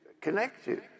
connected